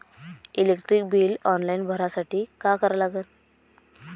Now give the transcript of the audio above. Electric bill online भरासाठी का करा लागन?